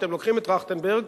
שאתם לוקחים את טרכטנברג,